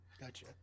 Gotcha